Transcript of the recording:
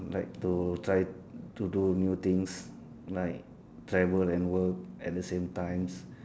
like to try to do new things like travel and work at the same times